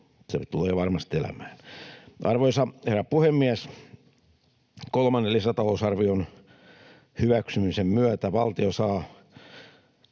se tulee varmasti elämään. Arvoisa herra puhemies! Kolmannen lisätalousarvion hyväksymisen myötä valtio saa...